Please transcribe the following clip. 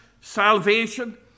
salvation